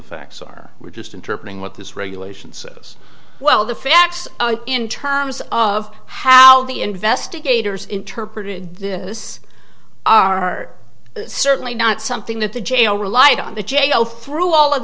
facts are we're just interpreting what this regulation says well the facts in terms of how the investigators interpreted this are certainly not something that the g a o relied on the g a o through all of